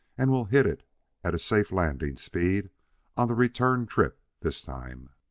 and we'll hit it at a safe landing speed on the return trip this time.